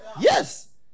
Yes